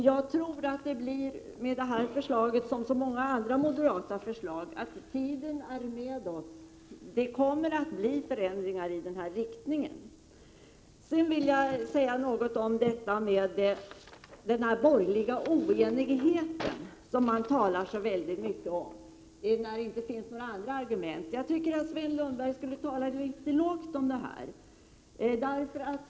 Jag tror att det är så med detta förslag som med så många andra moderata förslag, att det har tiden för sig. Det kommer att bli förändringar i denna riktning. Jag vill också säga några ord om den borgerliga oenigheten, som man talar så mycket om när man inte har några andra argument. Jag tycker att Sven Lundberg skall tala mycket lågt om detta.